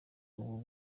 ubu